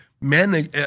men